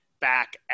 back